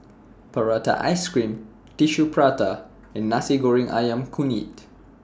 Prata Ice Cream Tissue Prata and Nasi Goreng Ayam Kunyit